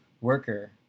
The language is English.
worker